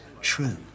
true